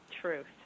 truth